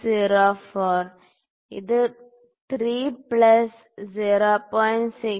04 ഇത് 3 പ്ലസ് 0